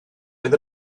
oedd